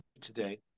today